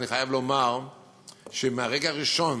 אני חייב לומר שמהרגע הראשון